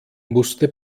musste